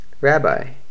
Rabbi